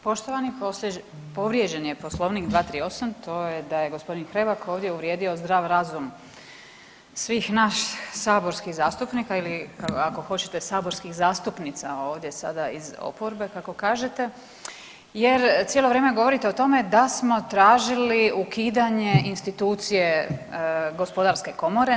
Poštovani povrijeđene je Poslovnik 238., to je da je gospodin Hrebak ovdje uvrijedio zdrav razum svih nas saborskih zastupnika ili ako hoćete saborskih zastupnica ovdje sada iz oporbe kako kažete jer cijelo vrijeme govorite o tome da smo tražili ukidanje institucije gospodarske komore.